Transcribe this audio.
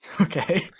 Okay